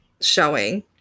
showing